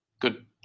good